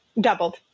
doubled